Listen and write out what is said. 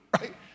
right